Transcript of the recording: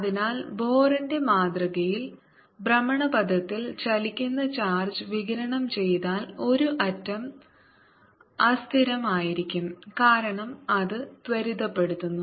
അതിനാൽ ബോറിന്റെ മാതൃകയിൽ ഭ്രമണപഥത്തിൽ ചലിക്കുന്ന ചാർജ് വികിരണം ചെയ്താൽ ഒരു ആറ്റം അസ്ഥിരമായിരിക്കും കാരണം അത് ത്വരിതപ്പെടുത്തുന്നു